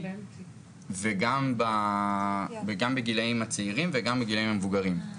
וגם בגילאים הצעירים וגם בגילאים המבוגרים.